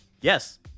Yes